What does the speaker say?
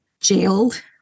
jailed